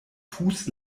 fuß